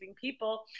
people